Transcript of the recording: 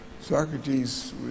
Socrates